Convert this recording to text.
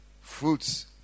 fruits